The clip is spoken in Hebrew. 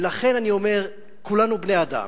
ולכן אני אומר: כולנו בני-אדם,